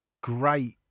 Great